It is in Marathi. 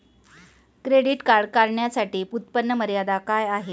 क्रेडिट कार्ड काढण्यासाठी उत्पन्न मर्यादा काय आहे?